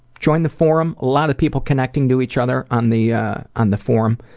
join the forum. a lot of people connecting to each other on the ah on the forum,